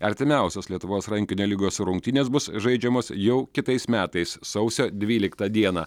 artimiausios lietuvos rankinio lygos rungtynės bus žaidžiamos jau kitais metais sausio dvyliktą dieną